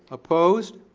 opposed.